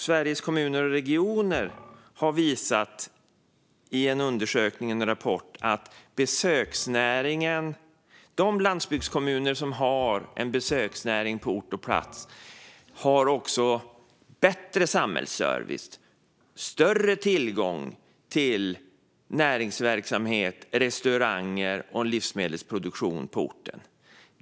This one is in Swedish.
Sveriges Kommuner och Regioner har i en undersökning och rapport visat att de landsbygdskommuner som har en besöksnäring på plats också har bättre samhällsservice och större tillgång till näringsverksamheter, restauranger och livsmedelsproduktion på orten.